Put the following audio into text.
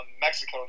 Mexico